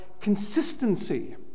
consistency